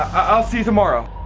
i'll see you tomorrow.